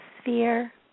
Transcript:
sphere